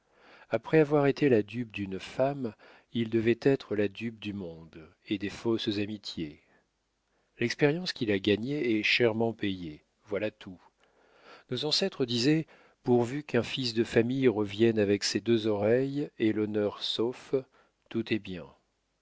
après avoir été la dupe d'une femme il devait être la dupe du monde et des fausses amitiés l'expérience qu'il a gagnée est chèrement payée voilà tout nos ancêtres disaient pourvu qu'un fils de famille revienne avec ses deux oreilles et l'honneur sauf tout est bien